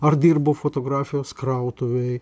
ar dirba fotografijos krautuvėj